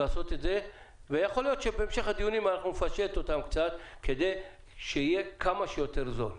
יכול להיות שבהמשך הדיונים נפשט כדי שיהיה כמה שיותר זול.